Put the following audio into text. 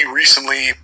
recently